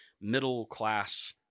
middle-class